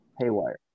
Haywire